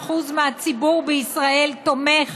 מ-76% מהציבור בישראל תומך